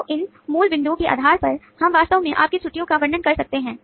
तो इन मूल बिंदुओं के आधार पर हम वास्तव में आपके छुट्टियो का वर्णन कर सकते हैं